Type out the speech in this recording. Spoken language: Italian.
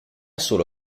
solo